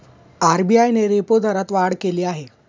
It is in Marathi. आर.बी.आय ने रेपो दरात वाढ केली आहे